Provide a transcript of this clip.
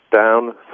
down